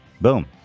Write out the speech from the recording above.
Boom